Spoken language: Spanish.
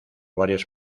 varios